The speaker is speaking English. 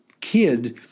kid